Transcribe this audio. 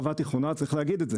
צריך להגיד את זה